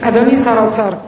אדוני שר האוצר,